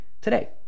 today